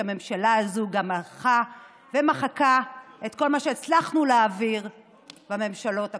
שהממשלה הזו גם מעכה ומחקה את כל מה שהצלחנו להעביר בממשלות הקודמות.